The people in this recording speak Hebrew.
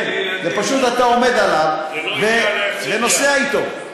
אתה עומד עליו ונוסע אתו.